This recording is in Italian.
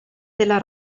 della